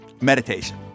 meditation